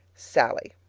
sallie.